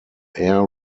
air